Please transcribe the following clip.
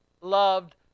loved